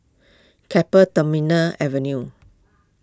Keppel Terminal Avenue